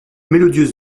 mélodieuses